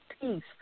peace